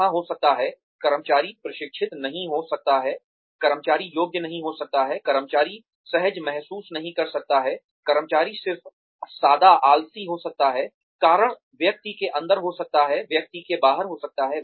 वहाँ हो सकता है कर्मचारी प्रशिक्षित नहीं हो सकता है कर्मचारी योग्य नहीं हो सकता है कर्मचारी सहज महसूस नहीं कर सकता है कर्मचारी सिर्फ सादा आलसी हो सकता है कारण व्यक्ति के अंदर हो सकते हैं व्यक्ति के बाहर हो सकते हैं